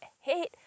hate